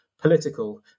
political